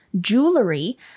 Jewelry